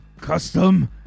custom